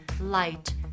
light